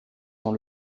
tant